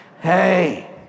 Hey